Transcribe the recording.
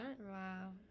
Wow